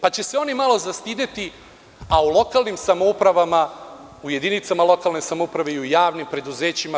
Pa će se oni malo zastideti, a u lokalnim samoupravama, u jedinicama lokalne samouprave i u javnim preduzećima…